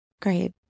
Great